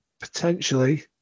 potentially